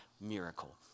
miracle